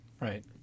Right